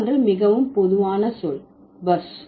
மற்றொன்று மிகவும் பொதுவான சொல் buzz